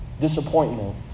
Disappointment